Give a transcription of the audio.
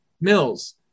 Mills